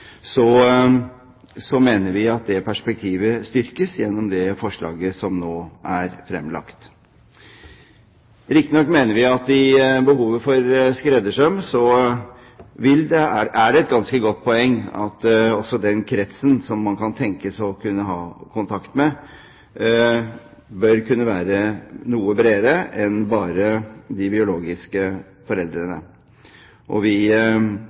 mener vi at det perspektivet styrkes gjennom det forslaget som nå er fremlagt. Riktignok mener vi at i behovet for skreddersøm er det et ganske godt poeng at også den kretsen som man kan tenkes å kunne ha kontakt med, bør kunne være noe bredere enn bare de biologiske foreldrene. Vi